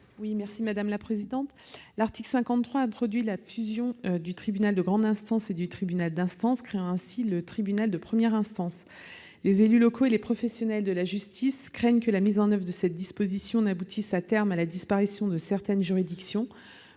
L'article 53 procède à la fusion du tribunal de grande instance et du tribunal d'instance, créant ainsi le tribunal de première instance. Les élus locaux et les professionnels de la justice craignent que la mise en oeuvre de cette disposition n'aboutisse à terme à la disparition de certaines juridictions.